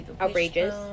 outrageous